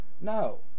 No